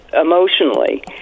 emotionally